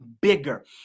bigger